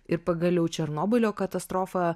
ir pagaliau černobylio katastrofa